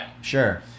Sure